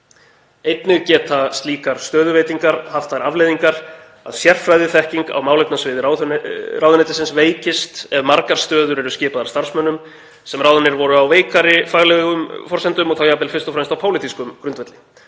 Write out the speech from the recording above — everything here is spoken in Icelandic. „Einnig geta slíkar stöðuveitingar haft þær afleiðingar að sérfræðiþekking á málefnasviði ráðuneytisins veikist ef margar stöður eru skipaðar starfsmönnum sem ráðnir voru á veikari faglegum forsendum og þá jafnvel fyrst og fremst á pólitískum grundvelli.